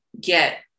get